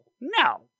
No